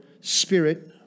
spirit